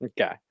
Okay